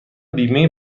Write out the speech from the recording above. بیمه